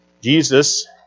Jesus